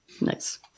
Nice